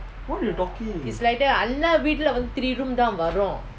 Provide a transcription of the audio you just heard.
what you talking